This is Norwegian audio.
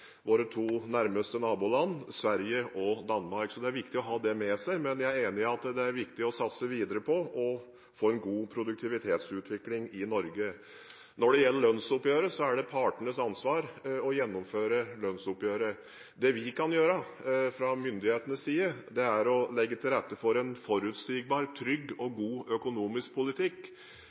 våre to nærmeste naboland, Sverige og Danmark. Så det er viktig å ha det med seg, men jeg er enig i at det er viktig å satse videre på å få en god produktivitetsutvikling i Norge. Når det gjelder lønnsoppgjøret, er det partenes ansvar å gjennomføre det. Det vi kan gjøre fra myndighetenes side, er å legge til rette for en forutsigbar, trygg og god økonomisk politikk